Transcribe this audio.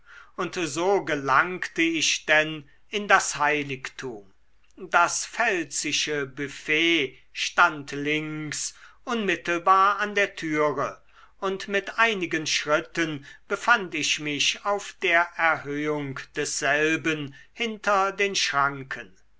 und so gelangte ich denn in das heiligtum das pfälzische büffet stand links unmittelbar an der türe und mit einigen schritten befand ich mich auf der erhöhung desselben hinter den schranken